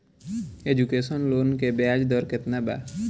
Education loan के ब्याज दर केतना बा?